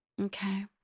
Okay